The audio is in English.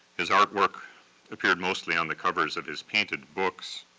his artwork appeared mostly on the covers of his painted books,